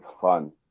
fun